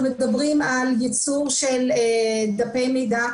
אנחנו מדברים על ייצור של דפי מידע,